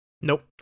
Nope